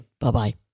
Bye-bye